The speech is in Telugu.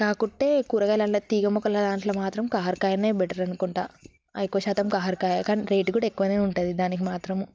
కాకపోతే కూరగాయలలో తీగ మొక్కల దాంట్లో మాత్రం కాకర కాయనే బెటర్ అనుకుంటాను ఎక్కువ శాతం కాకర కాయ కానీ రేటు కూడా ఎక్కువగానే ఉంటుంది దానికి మాత్రము